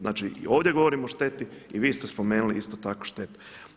Znači i ovdje govorim o šteti i vi ste spomenuli isto tako štetu.